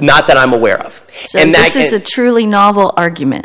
not that i'm aware of the truly novel argument